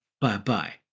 Bye-bye